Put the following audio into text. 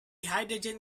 hydrogen